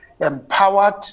empowered